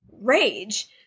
rage